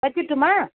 வச்சிட்டுமா